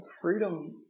freedom